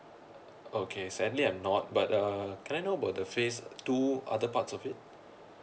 okay sadly I'm not but uh can I know about the phase two other parts of it